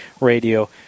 radio